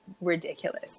ridiculous